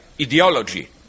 ideology